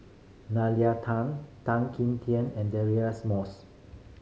Tan Tan Kim Tian and Moss